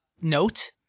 note